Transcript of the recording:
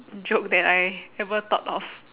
joke that I ever thought of